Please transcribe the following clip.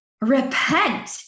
repent